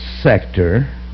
sector